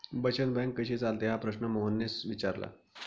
बचत बँक कशी चालते हा प्रश्न मोहनने विचारला?